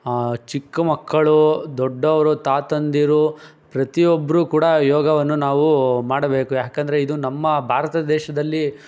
ಚಿಕ್ಕ ಮಕ್ಕಳು ದೊಡ್ಡವರು ತಾತಂದಿರು ಪ್ರತಿ ಒಬ್ಬರು ಕೂಡ ಯೋಗವನ್ನು ನಾವು ಮಾಡಬೇಕು ಯಾಕಂದರೆ ಇದು ನಮ್ಮ ಭಾರತ ದೇಶದಲ್ಲಿ